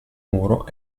muro